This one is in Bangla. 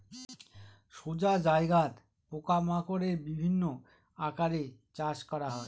সোজা জায়গাত পোকা মাকড়ের বিভিন্ন আকারে চাষ করা হয়